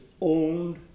owned